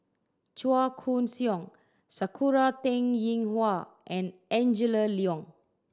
Chua Koon Siong Sakura Teng Ying Hua and Angela Liong